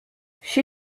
she